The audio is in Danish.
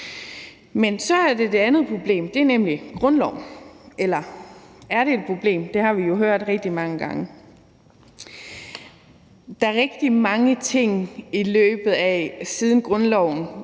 Men så er der det andet problem. Det er nemlig grundloven. Eller er det et problem? Det har vi jo hørt rigtig mange gange. Der er rigtig mange ting i løbet af den tid, der